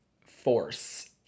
Force